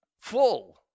full